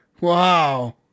Wow